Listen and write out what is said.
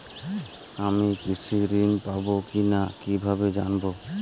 আমি কৃষি ঋণ পাবো কি না কিভাবে জানবো?